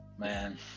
man